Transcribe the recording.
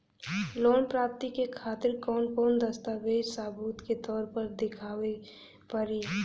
Loan प्राप्ति के खातिर कौन कौन दस्तावेज सबूत के तौर पर देखावे परी?